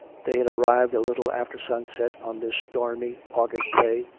they had arrived a little after sunset on this srtormy au gust day,